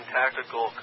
tactical